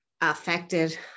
affected